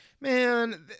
man